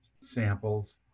samples